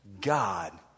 God